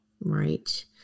Right